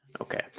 Okay